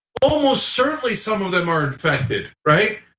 almost certainly some of them are infected, right?